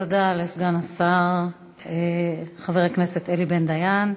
תודה לסגן השר חבר הכנסת אלי בן-דיין.